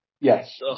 Yes